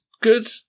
good